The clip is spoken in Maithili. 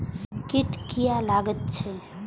कीट किये लगैत छै?